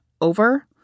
over